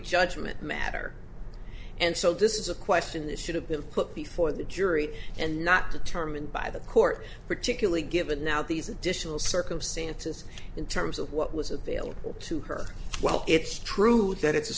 judgment matter and so this is a question that should have been put before the jury and not determined by the court particularly given now these additional circumstances in terms of what was available to her while it's true that it's a